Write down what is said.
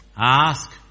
Ask